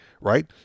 right